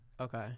Okay